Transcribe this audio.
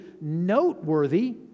noteworthy